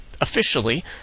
officially